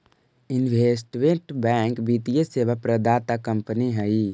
investment bank वित्तीय सेवा प्रदाता कंपनी हई